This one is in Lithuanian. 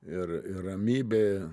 ir ir ramybė